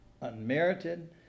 unmerited